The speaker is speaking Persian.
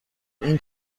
این